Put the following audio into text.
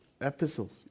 epistles